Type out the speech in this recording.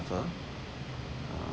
suffer um